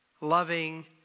loving